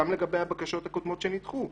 גם לגבי הבקשות הקודמות שנדחו,